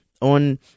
on